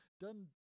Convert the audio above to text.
done